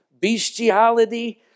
bestiality